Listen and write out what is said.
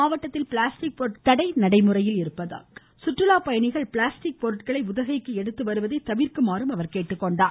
மாவட்டத்தில் பிளாஸ்டிக் பொருட்கள் தடை நடைமுறையில் இருப்பதால் சுற்றுலா பயணிகள் பிளாஸ்டிக் பொருட்களை உதகைக்கு எடுத்து வருவதை தவிர்க்குமாறும் அவர் கேட்டுக்கொண்டுள்ளார்